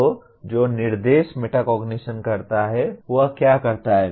तो जो निर्देश मेटाकोग्निशन करता है वह क्या करता है